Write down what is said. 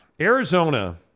Arizona